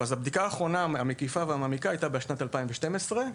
הבדיקה המקיפה והמעמיקה האחרונה הייתה בשנת 2012,